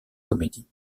comédie